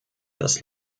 das